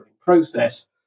process